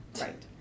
Right